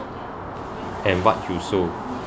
and what you sow